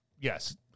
yes